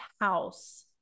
house